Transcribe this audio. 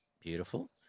Beautiful